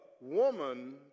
woman